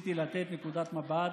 ניסיתי לתת נקודת מבט.